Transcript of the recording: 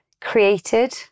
created